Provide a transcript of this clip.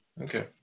Okay